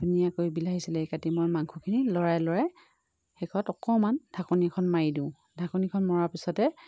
ধুনীয়াকৈ বিলাহী চিলাহী কাটি মই মাংসখিনি লৰাই লৰাই শেষত অকণমান ঢাকনীখন মাৰি দিওঁ ঢাকনীখন মৰাৰ পিছতে